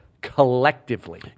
collectively